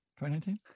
2019